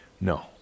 No